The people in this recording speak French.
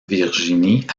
virginie